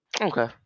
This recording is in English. Okay